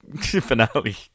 finale